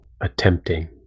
attempting